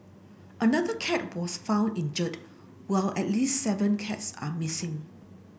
another cat was found injured while at least seven cats are missing